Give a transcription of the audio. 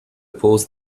pose